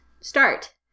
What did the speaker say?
Start